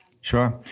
Sure